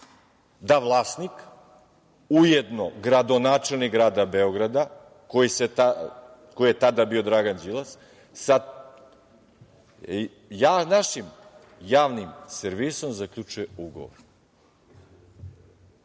da vlasnik, ujedno gradonačelnik grada Beograda koji je tada bio Dragan Đilas, sa našim Javnim servisom zaključuje ugovor